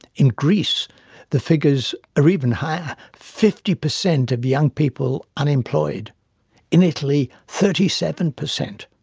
in greece the figures are even higher, fifty per cent of young people unemployed in italy thirty seven per cent.